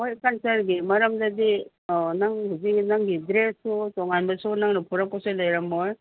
ꯍꯣꯏ ꯀꯜꯆꯔꯒꯤ ꯃꯔꯝꯗꯗꯤ ꯅꯪ ꯍꯨꯖꯤꯛ ꯅꯪꯒꯤ ꯗ꯭ꯔꯦꯁꯇꯨ ꯇꯣꯉꯥꯟꯕꯁꯨ ꯅꯪꯅ ꯄꯨꯔꯛꯄꯁꯨ ꯂꯩꯔꯝꯃꯣꯏ